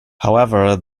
however